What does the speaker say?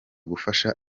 gufasha